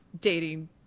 dating